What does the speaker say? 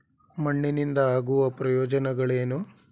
ಮಣ್ಣಿನಿಂದ ಆಗುವ ಪ್ರಯೋಜನಗಳೇನು?